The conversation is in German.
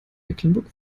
mecklenburg